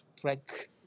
track